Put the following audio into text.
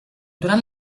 durant